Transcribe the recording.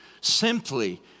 Simply